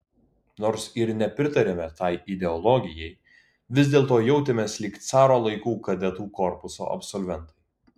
nors ir nepritarėme tai ideologijai vis dėlto jautėmės lyg caro laikų kadetų korpuso absolventai